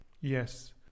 Yes